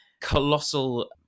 colossal